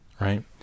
right